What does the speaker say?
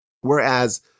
Whereas